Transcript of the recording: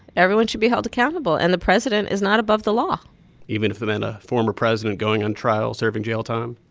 everyone should be held accountable, and the president is not above the law even if it meant a former president going on trial, serving jail time?